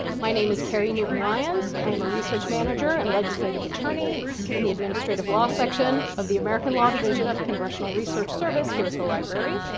my name is carrie newton lyons. i am a research manager and legislative attorney in the administrative law section of the american law division of congressional research service here at the library.